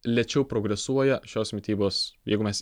lėčiau progresuoja šios mitybos jeigu mes